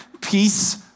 peace